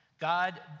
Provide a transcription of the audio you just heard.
God